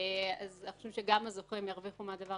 אנחנו חושבים שגם הזוכים ירוויחו מזה,